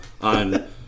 on